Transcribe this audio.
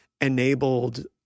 enabled